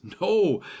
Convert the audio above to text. No